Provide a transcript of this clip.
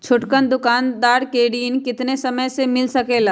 छोटकन दुकानदार के ऋण कितने समय मे मिल सकेला?